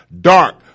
dark